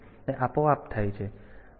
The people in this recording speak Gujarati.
તેથી તે આપોઆપ થાય છે